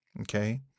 okay